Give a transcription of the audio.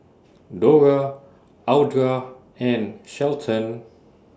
Dora Audra and Shelton